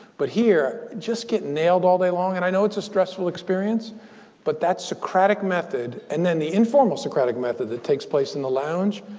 but here, just getting nailed all day long and i know it's a stressful experience but that socratic method and then, the informal socratic method that takes place in the lounge,